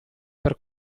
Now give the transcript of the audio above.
per